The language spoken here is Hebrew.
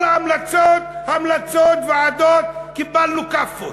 כל ההמלצות, המלצות ועדות, קיבלנו כאפות.